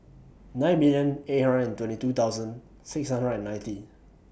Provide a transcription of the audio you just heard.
nine million eight hundred and twenty two thousand six hundred and ninety